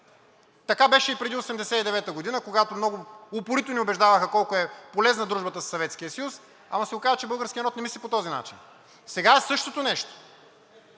Така беше и преди 1989 г., когато много упорито ни убеждаваха, колко е полезна дружбата със Съветския съюз, ама се оказа, че българският народ не мисли по този начин. Сега, същото нещо.